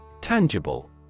Tangible